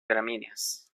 gramíneas